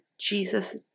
Jesus